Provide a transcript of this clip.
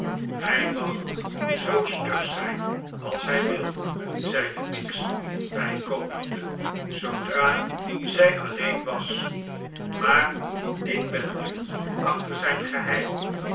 hij mag zoo stug zijn als hij wil zeide miggs bijkomende zoodra zij alleen was maar ik ben nu achter zijn geheim